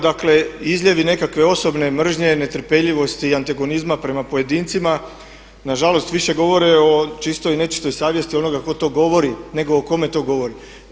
Dakle izljevi nekakve osobne mržnje, netrpeljivosti i antagonizma prema pojedincima nažalost više govore o čistoj i nečistoj savjesti onoga tko to govori nego o kome to govori.